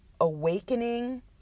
Awakening